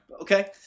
Okay